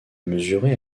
mesurée